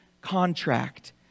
contract